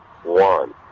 One